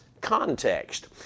context